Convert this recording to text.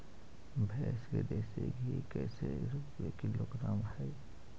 भैंस के देसी घी कैसे रूपये किलोग्राम हई?